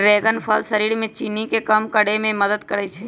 dragon फल शरीर में चीनी के कम करे में मदद करई छई